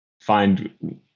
find